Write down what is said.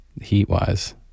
heat-wise